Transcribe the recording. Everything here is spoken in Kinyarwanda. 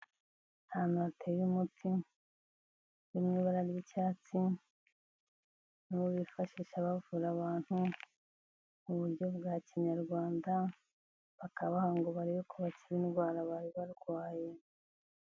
Ahantu hateye umuti uri mu ibara ry'icyatsi n'uwo bifashisha bavura abantu mu buryo bwa kinyarwanda bakabaha ngo barebe ko bakira indwara bari barwaye.